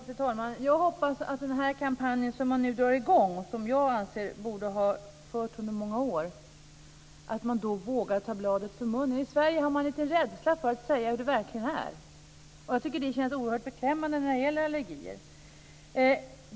Fru talman! Jag hoppas att man när det gäller den kampanj som nu dras i gång, och som jag anser borde ha förts under många år, vågar ta bladet från munnen. I Sverige är man lite rädd för att säga hur det verkligen är och det känns oerhört beklämmande när det gäller allergier.